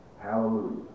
Hallelujah